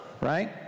right